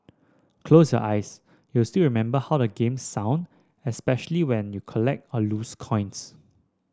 close your eyes you'll still remember how the game sound especially when you collect or lose coins